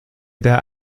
der